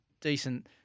decent